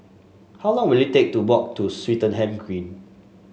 how long will it take to walk to Swettenham Green